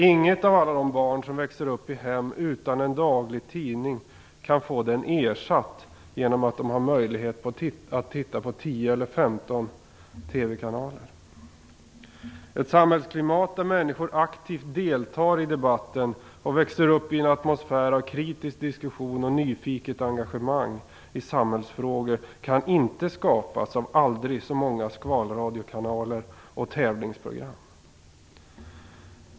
Inget av alla de barn som växer upp i hem utan en daglig tidning kan få den ersatt genom att de har möjlighet att titta på 10 eller 15 TV-kanaler. Ett samhällsklimat där människor aktivt deltar i debatten och växer upp i en atmosfär av kritisk diskussion och nyfiket engagemang i samhällsfrågor kan inte skapas av aldrig så många skvalradiokanaler och tävlingsprogram.